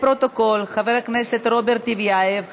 בעד 40 חברי